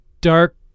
dark